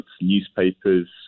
newspapers